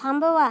थांबवा